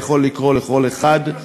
זה יכול לקרות לכל אחד.